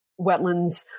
wetlands